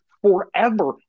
forever